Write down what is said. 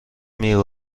میوه